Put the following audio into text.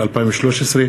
התשע"ג 2013,